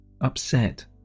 Upset